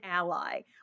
ally